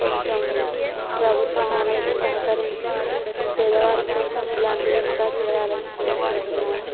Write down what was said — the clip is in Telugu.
కొంచెం ప్రభుత్వం అనేది సహకరించి పేదవారి కోసం ఇలాంటివి ఇంకా చేయాలని కోరుకుంటున్నాను